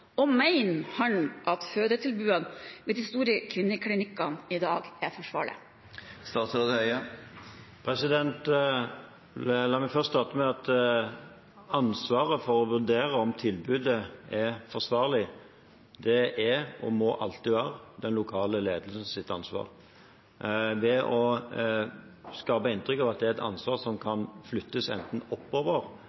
og mener han at fødetilbudene ved de store kvinneklinikkene i dag er forsvarlige? La meg starte med å si at det å vurdere om tilbudet er forsvarlig, er og må alltid være den lokale ledelsens ansvar. Ved å skape inntrykk av at det er et ansvar som kan flyttes enten oppover